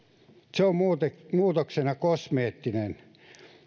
se on muutoksena kosmeettinen